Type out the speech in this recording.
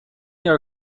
your